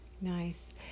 nice